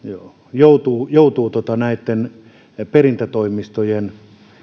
ihmistä joo joutuu näitten perintätoimistojen